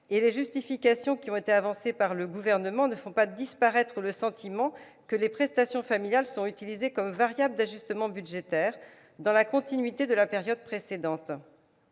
Les justifications avancées par le Gouvernement ne font pas disparaître le sentiment que les prestations familiales sont utilisées comme variables d'ajustement budgétaire, dans la continuité de la période précédente.